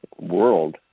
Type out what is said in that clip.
world